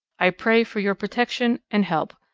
i pray for your protection and help,